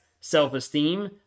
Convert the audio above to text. self-esteem